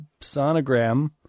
sonogram